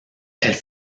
elles